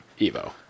Evo